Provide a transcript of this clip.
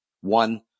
one